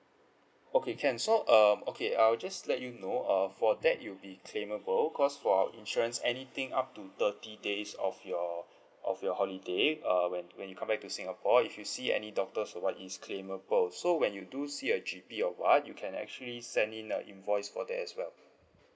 okay can so um okay I'll just let you know uh for that you'll be claimable cause for our insurance anything up to thirty days of your of your holiday uh when when you come back to singapore if you see any doctors or what it's claimable so when you do see a G_P or what you can actually send in your invoice for that as well